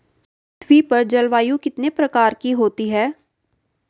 पृथ्वी पर जलवायु कितने प्रकार की होती है?